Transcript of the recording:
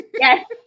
Yes